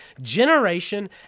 generation